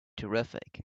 terrific